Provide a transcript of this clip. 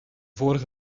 vorige